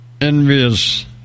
envious